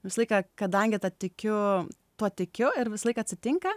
visą laiką kadangi ta tikiu tuo tikiu ir visą laiką atsitinka